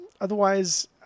otherwise